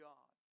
God